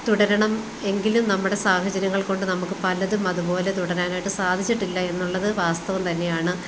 തുടരണം എങ്കിലും നമ്മുടെ സാഹചര്യങ്ങൾ കൊണ്ട് നമുക്ക് പലതും അതുപോലെ തുടരാനായിട്ട് സാധിച്ചിട്ടില്ല എന്നുള്ളത് വാസ്തവം തന്നെയാണ്